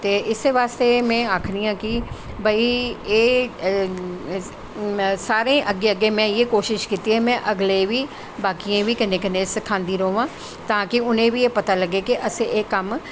ते इस्सै बास्तै में आखनी आं कि भाई एह् सारें अग्गैं में इ'यै कोशश कीती ऐ कि में अगले बाकियें गी बी सखांदी र'वां तां कि उ'नें गी बी पता लग्गैं कि असैं एह् कम्म